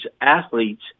athletes